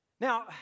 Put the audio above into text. Now